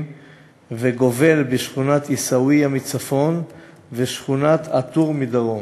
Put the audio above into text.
וגובל בשכונת עיסאוויה מצפון ובשכונת א-טור מדרום.